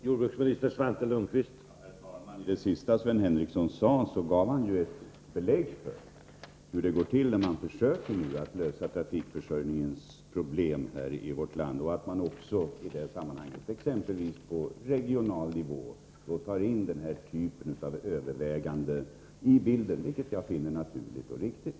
Herr talman! Sven Henricsson gav i sitt senaste anförande belägg för hur det går till när man försöker lösa trafikförsörjningsproblemen här i landet. Man för exempelvis på regional nivå in den här typen av överväganden i bilden, något som jag finner naturligt och riktigt.